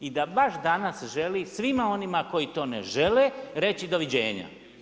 I da baš danas želi svima onima koji to ne žele, reći doviđenja.